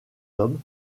hommes